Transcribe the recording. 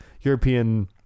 European